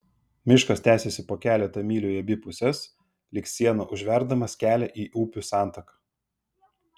miškas tęsėsi po keletą mylių į abi puses lyg siena užtverdamas kelią į upių santaką